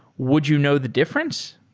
would you know the difference?